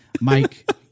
Mike